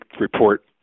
report